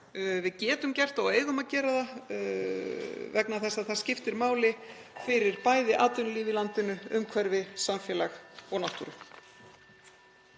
það, getum gert það og eigum að gera það vegna þess að það skiptir máli fyrir bæði atvinnulíf í landinu, umhverfi, samfélag og náttúru.